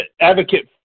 advocate